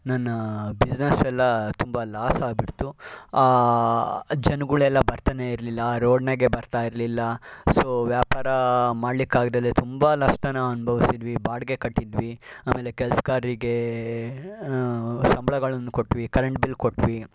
ನನ್ನ ಬಿಸ್ನೆಸ್ ಎಲ್ಲ ತುಂಬ ಲಾಸ್ ಆಗಿಬಿಡ್ತು ಆ ಜನಗಳೆಲ್ಲ ಬರ್ತಾನೆಯಿರಲಿಲ್ಲ ರೋಡ್ನಾಗೆ ಬರ್ತಾಯಿರಲಿಲ್ಲ ಸೊ ವ್ಯಾಪಾರ ಮಾಡ್ಲಿಕ್ಕಾಗ್ದೆಲೆ ತುಂಬ ನಷ್ಟನ ಅನುಭವಿಸಿದ್ವಿ ಬಾಡಿಗೆ ಕಟ್ಟಿದ್ವಿ ಅಮೇಲೆ ಕೆಲಸ್ಗಾರರಿಗೆ ಸಂಬಳಗಳನ್ನು ಕೊಟ್ಟು ಕರೆಂಟ್ ಬಿಲ್ ಕೊಟ್ಟು